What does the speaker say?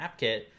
AppKit